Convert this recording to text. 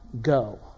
go